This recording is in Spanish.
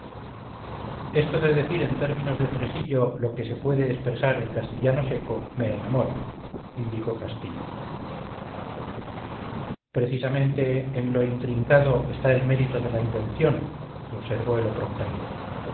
esto de decir en términos de tresillo lo que se puede expresar en castellano seco me enamora indicó castillo precisamente en lo intrincado está el mérito de la invención observó el otro fraile